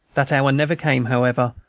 that hour never came, however,